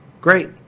Great